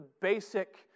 basic